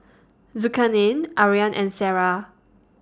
Zulkarnain Aryan and Sarah